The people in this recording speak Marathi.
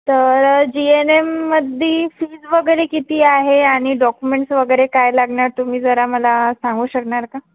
तर जी एन एममध्ये फीज वगैरे किती आहे आणि डॉक्युमेंट्स वगैरे काय लागणार तुम्ही जरा मला सांगू शकणार का